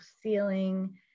ceiling